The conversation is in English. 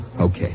Okay